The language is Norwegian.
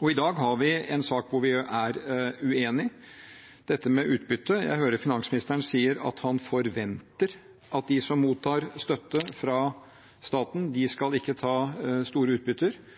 I dag har vi en sak hvor vi er uenige, dette med utbytte. Jeg hører finansministeren sier at han forventer at de som mottar støtte fra staten, ikke skal ta store utbytter.